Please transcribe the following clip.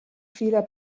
fila